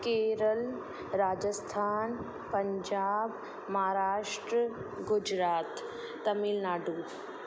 Kerala Rajasthan Punjab Maharashtra Gujarat Tamil Nadu